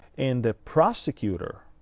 and the prosecutor,